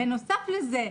בנוסף לזה,